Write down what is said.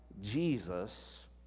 Jesus